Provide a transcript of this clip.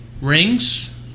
Rings